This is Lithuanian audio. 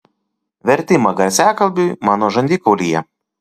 vertimą garsiakalbiui mano žandikaulyje